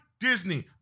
disney